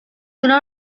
donar